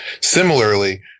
Similarly